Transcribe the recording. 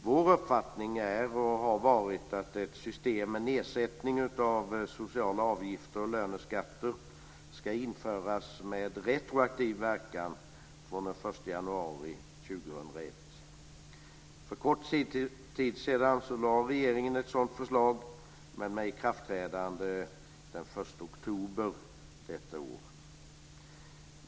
Vår uppfattning är och har varit att ett system med nedsättning av sociala avgifter och löneskatter ska införas med retroaktiv verkan från den 1 januari 2001. För en kort tid sedan lade regeringen fram ett sådant förslag med ikraftträdande den 1 oktober i år.